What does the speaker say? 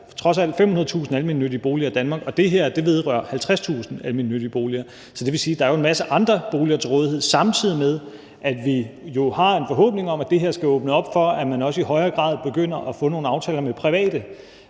trods alt 500.000 almennyttige boliger i Danmark, og det her vedrører 50.000 almennyttige boliger. Så det vil jo sige, at der er en masse andre boliger til rådighed, samtidig med at vi har en forhåbning om, at det her skal åbne op for, at man også i højere grad begynder at få nogle aftaler med private